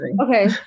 Okay